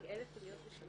רק 1000 פניות בשנה?